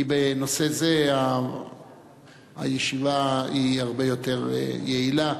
כי בנושא זה הישיבה היא הרבה יותר יעילה.